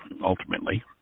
ultimately